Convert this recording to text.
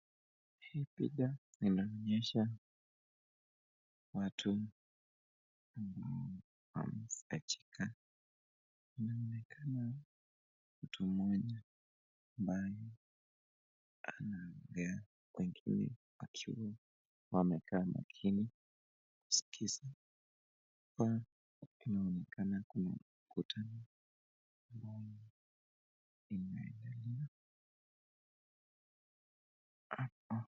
Hii picha inaonyesha watu ambao wamesikika inaonekana mtu mmoja ambaye anaongea, wengine wakiwa wamekaa makini kusikiza. Hapa inaonekana kuna mkutano ambao inaendelea